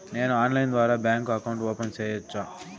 నేను ఆన్లైన్ ద్వారా bank account open సేయొచ్చా?